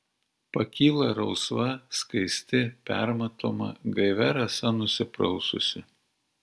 pakyla rausva skaisti permatoma gaivia rasa nusipraususi